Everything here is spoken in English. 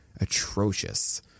atrocious